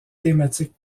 thématiques